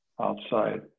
outside